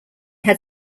had